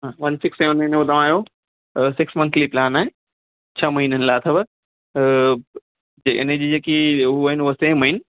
हा one six nine में तव्हांजो त सिक्स मंथली प्लान आहे छह महीननि लाइ अथव इनजी जेकी उ आहिनि हू सेम आहिनि